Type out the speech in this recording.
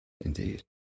Indeed